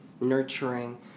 nurturing